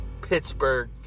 Pittsburgh